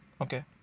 Okay